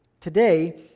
Today